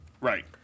Right